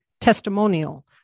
testimonial